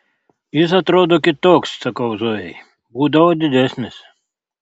jis atrodo kitoks sakau zojai būdavo didesnis